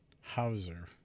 Hauser